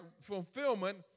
fulfillment